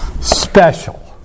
special